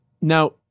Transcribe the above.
Now